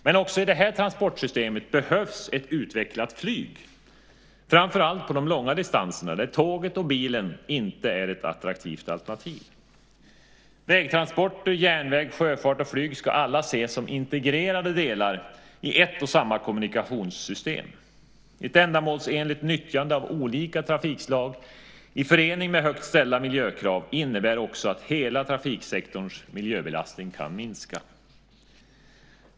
Men också i detta transportsystem behövs ett utvecklat flyg framför allt på de långa distanserna där tåget och bilen inte är ett attraktivt alternativ. Vägtransporter, järnväg, sjöfart och flyg ska alla ses som integrerade delar i ett och samma kommunikationssystem. Ett ändamålsenligt nyttjande av olika trafikslag i föreningen med högt ställda miljökrav innebär också att hela trafiksektorns miljöbelastning kan minska.